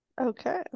Okay